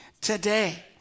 today